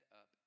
up